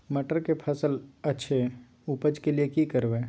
मटर के फसल अछि उपज के लिये की करबै?